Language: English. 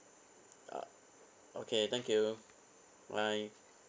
uh okay thank you bye